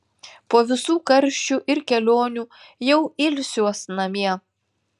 po visų karščių ir kelionių jau ilsiuos namie